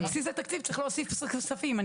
לבסיס התקציב צריך להוסיף כספים.